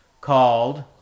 called